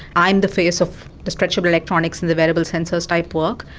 i'm the face of the stretchable electronics and the variable sensors type work,